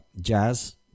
jazz